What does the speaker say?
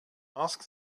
ask